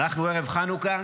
אנחנו בערב חנוכה,